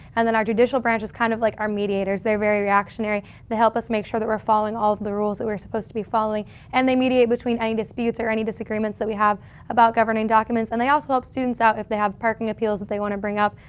and then our judicial branch is kind of like our mediators they're very reactionary they help us make sure that we're following all of the rules that we're supposed to be following and they mediate between any disputes or any disagreements that we have about governing documents and they also help students out if they have parking appeals that they want to bring up.